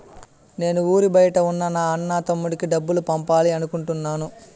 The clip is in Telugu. నేను ఊరి బయట ఉన్న నా అన్న, తమ్ముడికి డబ్బులు పంపాలి అనుకుంటున్నాను